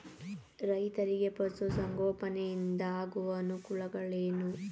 ರೈತರಿಗೆ ಪಶು ಸಂಗೋಪನೆಯಿಂದ ಆಗುವ ಅನುಕೂಲಗಳೇನು?